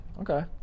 Okay